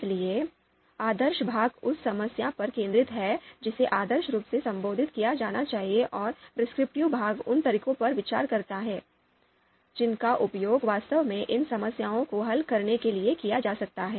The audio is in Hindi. इसलिए आदर्श भाग उस समस्या पर केंद्रित है जिसे आदर्श रूप से संबोधित किया जाना चाहिए और prescriptive भाग उन तरीकों पर विचार करता है जिनका उपयोग वास्तव में इन समस्याओं को हल करने के लिए किया जा सकता है